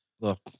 look